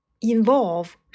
Involve